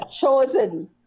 chosen